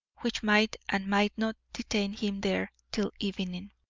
which might and might not detain him there till evening.